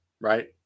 Right